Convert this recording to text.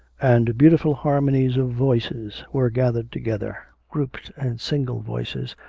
and beautiful harmonies of voices were gathered together, grouped and single voices,